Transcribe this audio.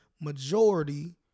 majority